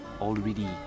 already